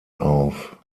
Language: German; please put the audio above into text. auf